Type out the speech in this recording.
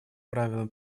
правилами